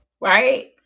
right